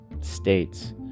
states